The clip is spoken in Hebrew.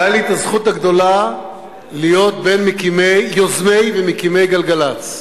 והיתה לי הזכות הגדולה להיות בין יוזמי ומקימי "גלגל"צ".